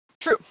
True